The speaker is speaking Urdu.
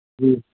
جی